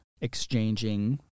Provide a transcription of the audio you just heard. exchanging